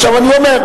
עכשיו אני אומר,